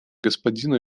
господина